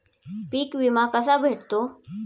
पीक विमा कसा भेटतो?